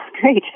Great